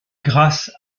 grâce